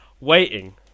waiting